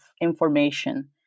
information